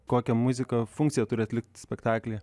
kokią muziką funkciją turi atlikti spektakly